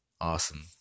Awesome